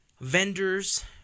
Vendors